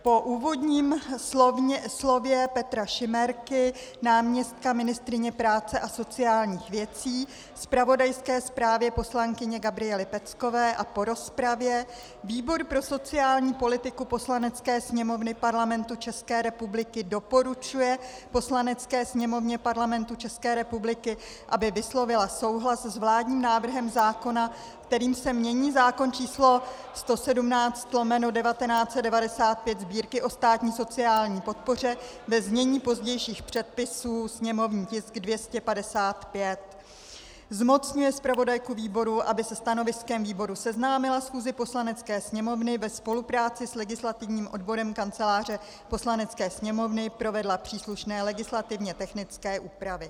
Po úvodním slově Petra Šimerky, náměstka ministryně práce a sociálních věcí, zpravodajské zprávě poslankyně Gabriely Peckové a po rozpravě výbor pro sociální politiku Poslanecké sněmovny Parlamentu České republiky doporučuje Poslanecké sněmovně Parlamentu České republiky, aby vyslovila souhlas s vládním návrhem zákona, kterým se mění zákon č. 117/1995 Sb., o státní sociální podpoře, ve znění pozdějších předpisů, sněmovní tisk 255, zmocňuje zpravodajku výboru, aby se stanoviskem výboru seznámila schůzi Poslanecké sněmovny, ve spolupráci s legislativním odborem Kanceláře Poslanecké sněmovny provedla příslušné legislativně technické úpravy.